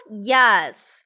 yes